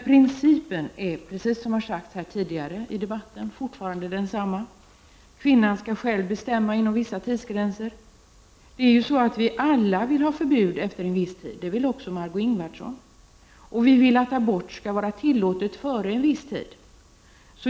Principen är, som har sagts här tidigare i debatten, fortfarande densamma: Kvinnan skall själv bestämma inom vissa tidsgränser. Vi vill alla ha förbud efter en viss tid — det vill också Margö Ingvardsson — och vi vill att abort skall vara tillåten före en viss tid.